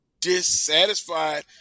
dissatisfied